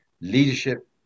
Leadership